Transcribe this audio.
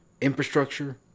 infrastructure